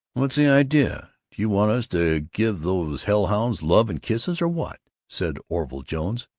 what's the idea? do you want us to give those hell-hounds love and kisses, or what? said orville jones.